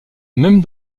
même